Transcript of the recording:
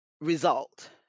result